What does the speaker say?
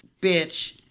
Bitch